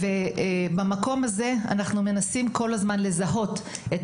במקום הזה אנחנו מנסים כל הזמן לזהות את